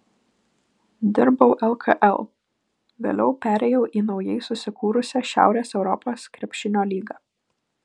dirbau lkl vėliau perėjau į naujai susikūrusią šiaurės europos krepšinio lygą